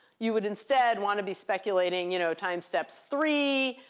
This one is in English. you would instead want to be speculating you know time steps three,